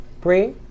Bree